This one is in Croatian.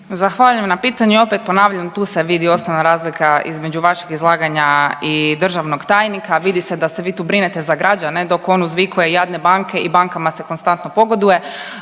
Zahvaljujem na pitanju i opet ponavljam tu se vidi osnovna razlika između vašeg izlaganja i državnog tajnika, vidi se da vi tu brineta za građane dok on uzvikuje jadne banke i bankama se konstantno pogoduje.